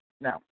now